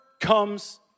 comes